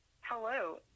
Hello